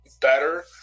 better